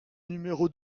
numéro